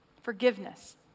forgiveness